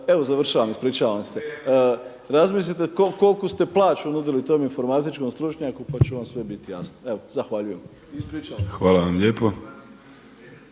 Evo završavam, ispričavam se. Razmislite koliku ste plaću nudili tom informatičkom stručnjaku pa će vam sve bit jasno. Evo zahvaljujem. **Vrdoljak,